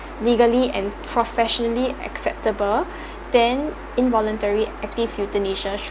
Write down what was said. legally and professionally acceptable then involuntary active euthanasia should